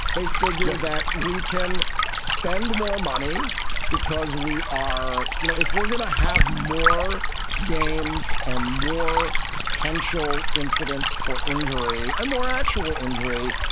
they've figured out that we can spend more money because we are you know, if we're going to have more games and more potential incidents for injury and more actual injury,